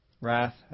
Wrath